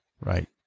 right